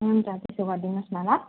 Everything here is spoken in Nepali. हुन्छ त्यस्तो गरिदिनुहोस् न ल